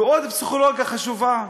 ועוד פסיכולוגיה חשובה: